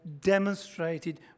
demonstrated